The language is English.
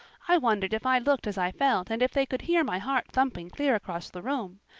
i wondered if i looked as i felt and if they could hear my heart thumping clear across the room.